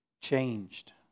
changed